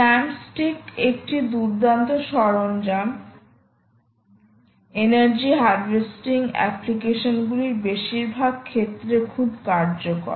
স্ল্যামস্টিক একটি দুর্দান্ত সরঞ্জাম এনার্জি হারভেস্টিং অ্যাপ্লিকেশনগুলির বেশিরভাগ ক্ষেত্রে খুব কার্যকর